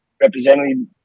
representing